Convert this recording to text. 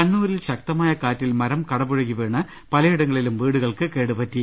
കണ്ണൂരിൽ ശക്തമായ കാറ്റിൽ മരം കടപുഴകി വീണ് പലയിടങ്ങ ളിലും വീടുകൾക്ക് കേട് പറ്റി